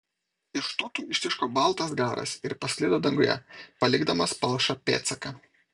iš tūtų ištiško baltas garas ir pasklido danguje palikdamas palšą pėdsaką